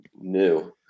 new